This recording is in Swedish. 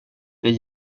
det